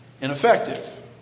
Ineffective